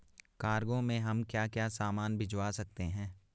Cargo में हम क्या क्या सामान भिजवा सकते हैं?